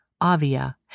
Avia